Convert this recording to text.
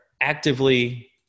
actively